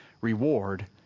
reward